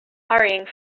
hurrying